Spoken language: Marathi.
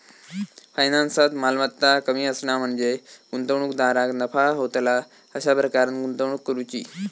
फायनान्सात, मालमत्ता कमी असणा म्हणजे गुंतवणूकदाराक नफा होतला अशा प्रकारान गुंतवणूक करुची